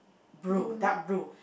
blue dark blue